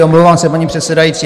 Omlouvám se, paní předsedající.